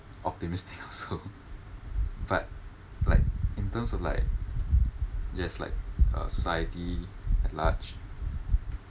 optimistic also but like in terms of like just like uh society at large